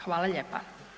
Hvala lijepo.